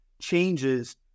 changes